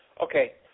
Okay